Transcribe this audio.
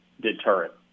deterrent